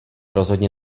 rozhodně